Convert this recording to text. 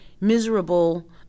miserable